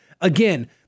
again